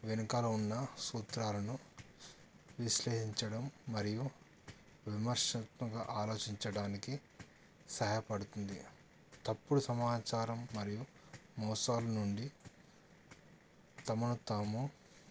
వెనుక ఉన్న సూత్రాలను విశ్లేసించడం మరియు విమర్శనాత్మగా ఆలోచించడానికి సహాయపడుతుంది తప్పుడు సమాచారం మరియు మోసాల నుండి తమను తాము